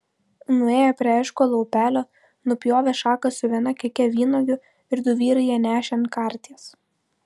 nuėję prie eškolo upelio nupjovė šaką su viena keke vynuogių ir du vyrai ją nešė ant karties